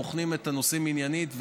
בוחנים את הנושאים עניינית,